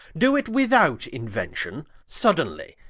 doe it without inuention, suddenly,